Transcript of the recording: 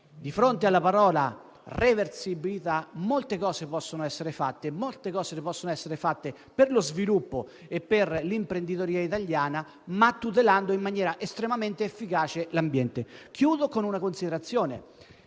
di fronte alla parola reversibilità molte cose possono essere fatte per lo sviluppo e per l'imprenditoria italiana, tutelando in maniera efficace l'ambiente. Concludo dicendo